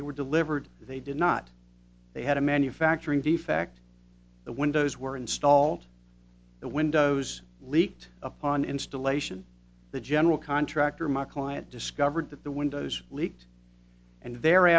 they were delivered they did not they had a manufacturing defect the windows were installed the windows leaked upon installation the general contractor my client discovered that the windows leaked and the